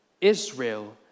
Israel